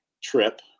trip